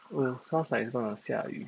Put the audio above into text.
oh sounds like it's gonna 下雨